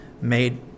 made